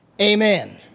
amen